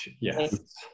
Yes